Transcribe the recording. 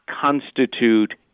constitute